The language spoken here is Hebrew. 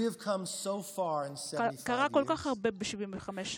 התקדמנו הרבה כל כך ב-75 שנים,